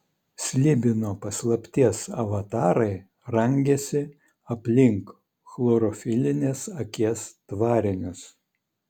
slibino paslapties avatarai rangėsi aplink chlorofilinės akies tvarinius